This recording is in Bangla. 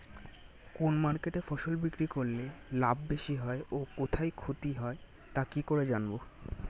কোন মার্কেটে ফসল বিক্রি করলে লাভ বেশি হয় ও কোথায় ক্ষতি হয় তা কি করে জানবো?